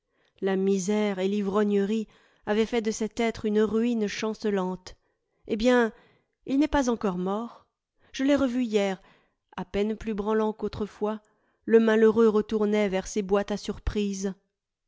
la misère et l'ivrognerie avaient fait de cet être une ruine chancelante eh bien î il n'est pas encore mort je l'ai revu hier à peine plus branlant qu'autrefois le malheureux retournait vers ses boîtes à surprises